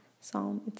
psalm